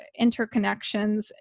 interconnections